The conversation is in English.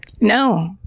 No